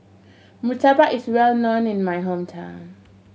murtabak is well known in my hometown